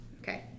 Okay